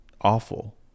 awful